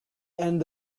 end